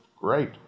Great